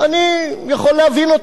אני יכול להבין אותם,